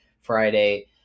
Friday